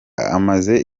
amaze